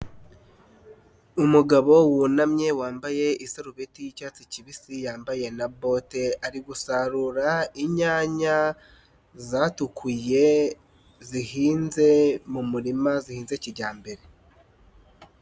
Umugabo wunamye wambaye isarubeti yi'cyatsi kibisi yambaye na bote ari gusarura inyanya zatukuye zihinze mu murima zihinze kijyambere.